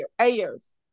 Ayers